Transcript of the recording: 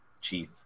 chief